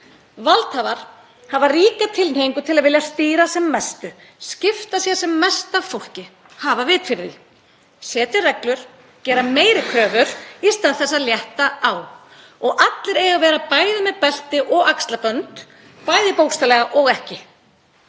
Valdhafar hafa ríka tilhneigingu til að vilja stýra sem mestu, skipta sér sem mest af fólki, hafa vit fyrir því, setja reglur, gera meiri kröfur í stað þess að létta á. Allir eiga að vera bæði með belti og axlabönd, bæði bókstaflega og ekki.